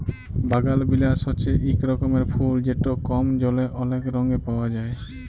বাগালবিলাস হছে ইক রকমের ফুল যেট কম জলে অলেক রঙে পাউয়া যায়